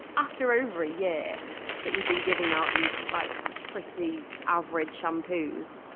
after over a year that we'd been giving out these like pretty average shampoos,